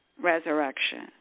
resurrection